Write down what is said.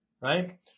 right